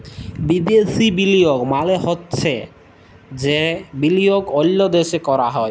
বিদ্যাসি বিলিয়গ মালে চ্ছে যে বিলিয়গ অল্য দ্যাশে ক্যরা হ্যয়